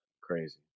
crazy